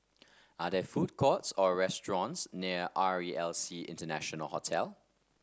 are there food courts or restaurants near R E L C International Hotel